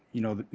you know,